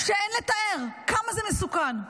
שאין לתאר, כמה זה מסוכן.